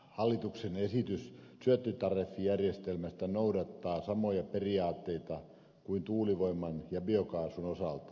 hallituksen esitys syöttötariffijärjestelmästä noudattaa samoja periaatteita kuin tuulivoiman ja biokaasun osalta